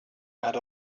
had